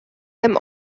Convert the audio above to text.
them